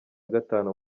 gatanu